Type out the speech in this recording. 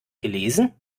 gelesen